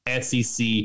SEC